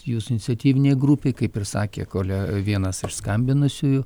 jūsų iniciatyvinei grupei kaip ir sakė kole vienas iš skambinusiųjų